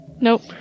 Nope